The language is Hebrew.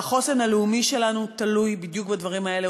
והחוסן הלאומי שלנו תלוי בדיוק בדברים האלה,